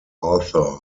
author